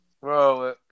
bro